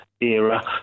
era